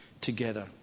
together